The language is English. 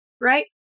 right